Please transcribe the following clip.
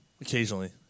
Occasionally